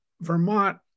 Vermont